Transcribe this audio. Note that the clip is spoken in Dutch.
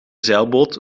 zeilboot